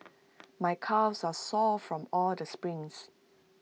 my calves are sore from all the sprints